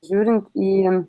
žiūrint į